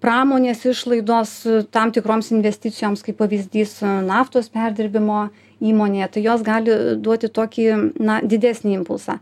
pramonės išlaidos tam tikroms investicijoms kaip pavyzdys naftos perdirbimo įmonė tai jos gali duoti tokį na didesnį impulsą